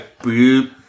boop